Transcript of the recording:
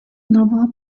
нового